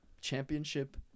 championship